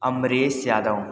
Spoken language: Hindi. अमरेश यादव